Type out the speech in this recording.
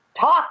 talk